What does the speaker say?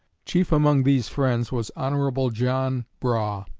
chief among these friends was hon. john brough,